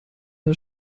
der